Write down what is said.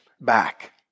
back